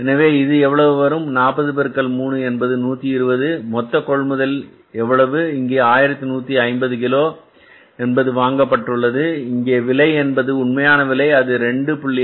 எனவே இது எவ்வளவு வரும் 40 பெருக்கல் 3 என்பது 120 மொத்த கொள்முதல் எவ்வளவு இங்கே 1150 கிலோ என்பது வாங்கப்பட்டுள்ளது இங்கே விலை என்பது உண்மை விலை அது 2